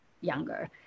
younger